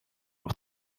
auch